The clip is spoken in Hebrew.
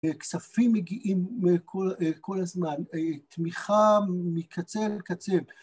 כספים מגיעים כל הזמן, תמיכה מקצה לקצה.